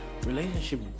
relationship